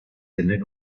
tener